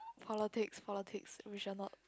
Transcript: politics politics we shall not